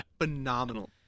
phenomenal